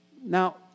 Now